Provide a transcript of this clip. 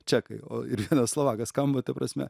čekai o ir vienas slovakas skamba ta prasme